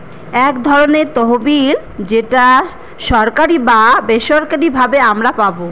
এক ধরনের তহবিল যেটা সরকারি বা বেসরকারি ভাবে আমারা পাবো